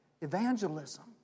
Evangelism